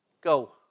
go